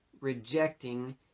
rejecting